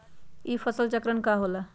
ई फसल चक्रण का होला?